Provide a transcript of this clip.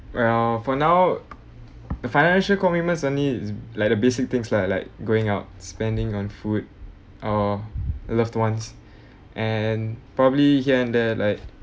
well for now the financial commitments only is like the basic things lah like going out spending on food or loved ones and probably here and there like